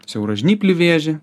siauražnyplį vėžį